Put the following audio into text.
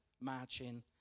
marching